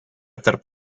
tarp